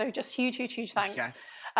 so just huge, huge, huge thanks. yeah